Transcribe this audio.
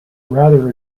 rather